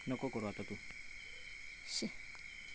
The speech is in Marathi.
ऑनलाइन खाता उघडूक मेलतला काय?